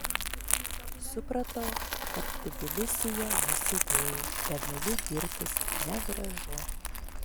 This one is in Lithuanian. supratau kad tbilisyje nusidėjau pernelyg girtis negražu